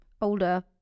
older